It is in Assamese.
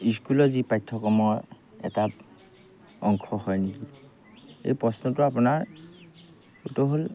স্কুলৰ যি পাঠ্যক্ৰমৰ এটা অংশ হয় নেকি এই প্ৰশ্নটো আপোনাৰটো উত্তৰ হ'ল